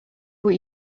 what